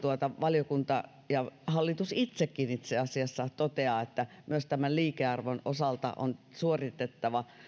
valiokunta ja hallitus itsekin itse asiassa toteaa että myös liikearvon osalta on suoritettava